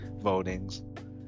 votings